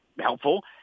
helpful